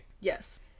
Yes